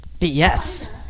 Yes